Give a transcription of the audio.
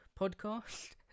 podcast